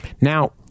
Now